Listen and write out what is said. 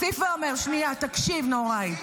שנייה, תקשיב, נהוראי.